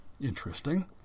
Interesting